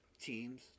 teams